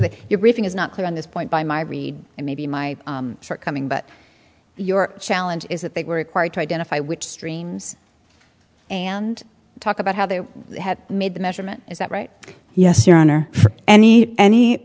that your briefing is not clear on this point by my read it may be my shortcoming but your challenge is that they were required to identify which streams and talk about how they had made the measurement is that right yes your honor for any any